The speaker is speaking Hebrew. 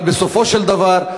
אבל בתחילתו של דבר,